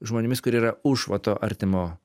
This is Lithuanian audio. žmonėmis kurie yra už va to artimo